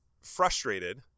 frustrated